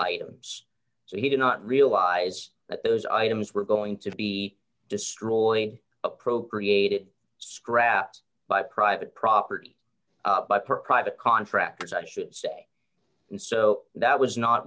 items so he did not realize that those items were going to be destroyed appropriate it scraps by private property by per private contractors i should say and so that was not